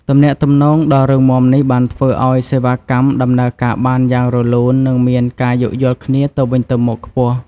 ទំនាក់ទំនងដ៏រឹងមាំនេះបានធ្វើឱ្យសេវាកម្មដំណើរការបានយ៉ាងរលូននិងមានការយោគយល់គ្នាទៅវិញទៅមកខ្ពស់។